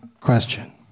question